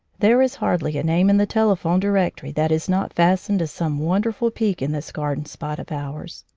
there is hardly a name in the telephone directory that is not fastened to some won derful peak in this garden spot of ours.